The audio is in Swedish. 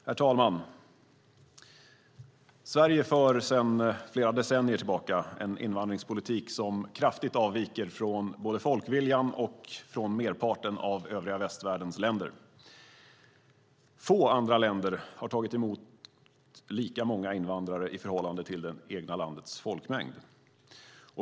Herr talman! Sverige för sedan flera decennier tillbaka en invandringspolitik som kraftigt avviker från både folkviljan och merparten av övriga västvärldens länder. Få andra länder har tagit emot lika många invandrare i förhållande till det egna landets folkmängd.